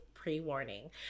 pre-warning